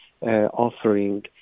offering